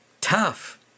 tough